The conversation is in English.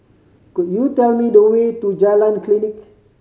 could you tell me the way to Jalan Klinik